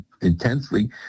intensely